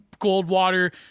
Goldwater